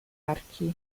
archi